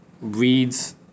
reads